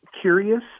curious